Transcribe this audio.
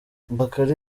bakary